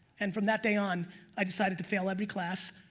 and from that day on i decided to fail every class,